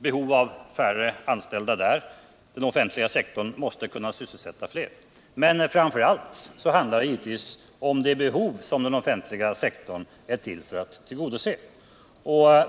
behov av färre anställda per producerad enhet där. Den offentliga sektorn måste då kunna sysselsätta fler. Men framför allt handlar det givetvis om de behov som den offentliga sektorn är till för att tillgodose.